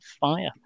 fire